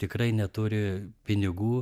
tikrai neturi pinigų